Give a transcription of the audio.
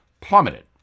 plummeted